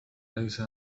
ليس